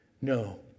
No